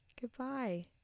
goodbye